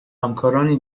همکارانی